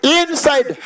inside